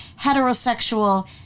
heterosexual